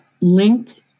linked